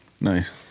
Nice